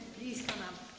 please come up.